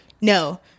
No